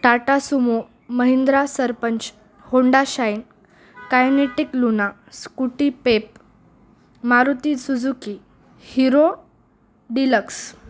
Tata Sumo Mahindra Sarpanch Honda Shine Kinetic Luna Scooty Pep Maruti Suzuki Hero deluxe